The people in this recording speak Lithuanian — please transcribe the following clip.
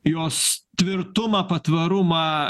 jos tvirtumą patvarumą